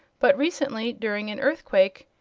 but recently, during an earthquake,